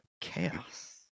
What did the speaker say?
chaos